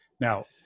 Now